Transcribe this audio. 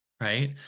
right